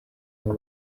aho